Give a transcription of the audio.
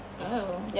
oh